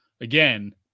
again